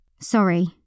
Sorry